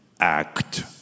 act